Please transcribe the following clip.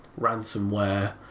ransomware